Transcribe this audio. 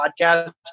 podcast